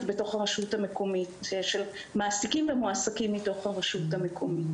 של מעסיקים ומועסקים מתוך הרשות המקומית.